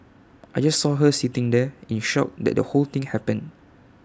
I just saw her sitting there in shock that the whole thing happened